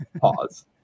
Pause